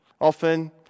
Often